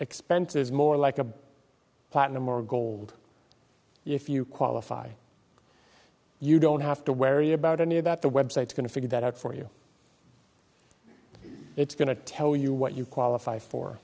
expenses more like a platinum or gold if you qualify you don't have to worry about any of that the website's going to figure that out for you it's going to tell you what you qualify for